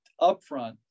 upfront